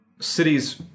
cities